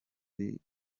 ari